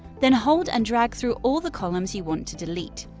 then hold and drag through all the columns you want to delete.